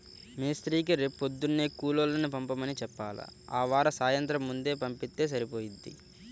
మేస్త్రీకి రేపొద్దున్నే కూలోళ్ళని పంపమని చెప్పాల, ఆవార సాయంత్రం ముందే పంపిత్తే సరిపోయిద్ది